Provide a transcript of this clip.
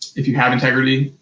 if you have integrity.